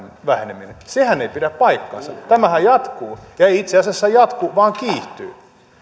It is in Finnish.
väheneminen sehän ei pidä paikkaansa tämähän jatkuu ei itse asiassa jatku vaan kiihtyy